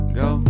go